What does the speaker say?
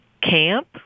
camp